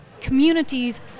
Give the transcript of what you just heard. communities